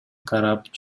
карап